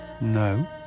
No